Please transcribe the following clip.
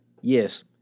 Yes